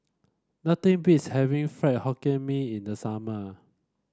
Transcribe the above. nothing beats having Fried Hokkien Mee in the summer